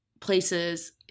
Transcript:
places